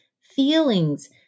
feelings